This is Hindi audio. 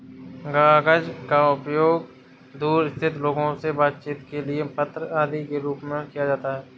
कागज का उपयोग दूर स्थित लोगों से बातचीत के लिए पत्र आदि के रूप में किया जाता है